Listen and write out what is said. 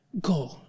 go